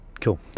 Cool